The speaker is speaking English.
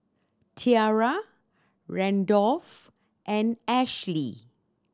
Tiarra Randolph and Ashely